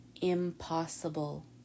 impossible